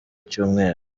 cyumweru